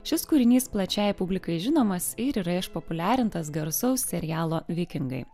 šis kūrinys plačiajai publikai žinomas ir yra išpopuliarintas garsaus serialo vikingai